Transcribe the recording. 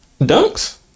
dunks